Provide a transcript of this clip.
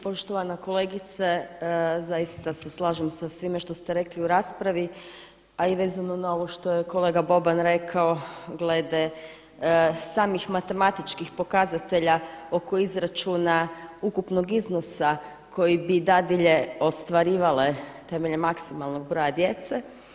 Poštovana kolegice zaista se slažem sa svim što ste rekli u raspravi a i vezano na ovo što je kolega Boban rekao glede samih matematičkih pokazatelja oko izračuna ukupnog iznosa kojeg bi dadilje ostvarivale temeljem maksimalnog broja djece.